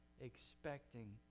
expecting